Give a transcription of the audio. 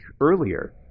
earlier